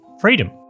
freedom